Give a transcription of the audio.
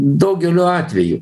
daugeliu atvejų